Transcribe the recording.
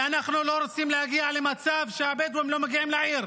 ואנחנו לא רוצים להגיע למצב שהבדואים לא מגיעים לעיר.